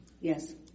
Yes